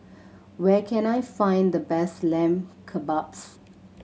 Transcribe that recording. where can I find the best Lamb Kebabs